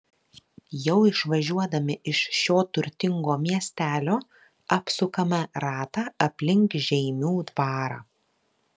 jau išvažiuodami iš šio turtingo miestelio apsukame ratą aplink žeimių dvarą